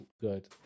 good